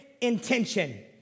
intention